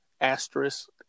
asterisk